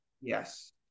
Yes